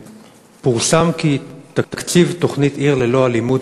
פורסם כי תקציב התוכנית "עיר ללא אלימות"